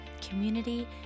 community